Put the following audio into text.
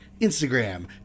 Instagram